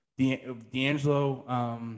D'Angelo –